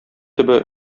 төбе